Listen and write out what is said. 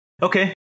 Okay